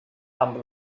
amb